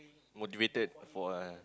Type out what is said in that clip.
motivated for a